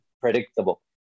predictable